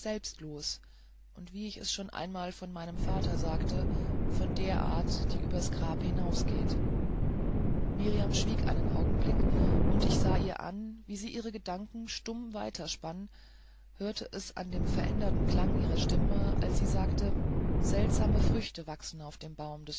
selbstlos und wie ich es schon einmal von meinem vater sagte von der art die übers grab hinausgeht mirjam schwieg einen augenblick und ich sah ihr an wie sie ihre gedanken stumm weiterspann hörte es an dem veränderten klang ihrer stimme als sie sagte seltsame früchte wachsen auf dem baume